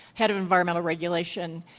head of environmental regulation.